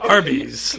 Arby's